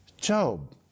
Job